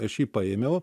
aš jį paėmiau